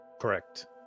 correct